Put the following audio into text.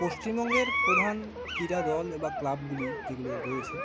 পশ্চিমবঙ্গের প্রধান ক্রিড়াদলে বা ক্লাবগুলি যেগুলো রয়েছে